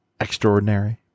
extraordinary